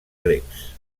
grecs